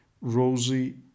Rosie